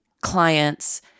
clients